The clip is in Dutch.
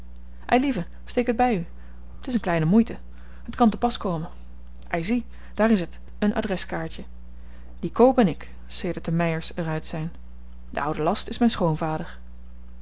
eilieve steek het by u t is een kleine moeite het kan te pas komen ei zie daar is het een adreskaartje die co ben ik sedert de meyers er uit zyn de oude last is myn schoonvader